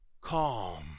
calm